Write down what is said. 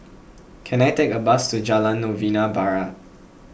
can I take a bus to Jalan Novena Barat